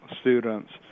students